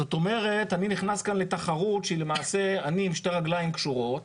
אני נכנס כאן לתחרות עם שתי רגליים קשורות,